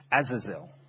Azazel